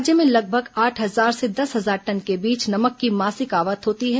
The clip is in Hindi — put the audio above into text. राज्य में लगभग आठ हजार से दस हजार टन के बीच नमक की मासिक आवक होती है